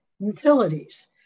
utilities